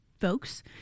folks